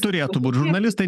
turėtų būt žurnalistai